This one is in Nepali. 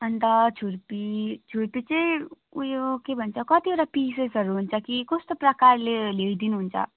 अन्त छुर्पी छुर्पी चाहिँ उयो के भन्छ कतिवटा पिसेसहरू हुन्छ कि कस्तो प्रकारले ल्याइदिनुहुन्छ